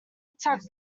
attack